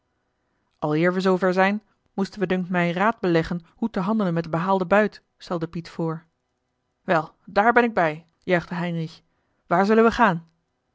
we zoover zijn moesten we dunkt mij raad beleggen hoe te handelen met den behaalden buit stelde piet voor wel daar ben ik bij juichte heinrich waar zullen wij gaan